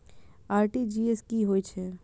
RTGS की होय छै